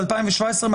ב-2017.